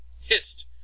Hist